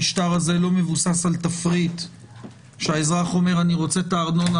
המשטר הזה לא מבוסס על תפריט שהאזרח אומר: אני רוצה את הארנונה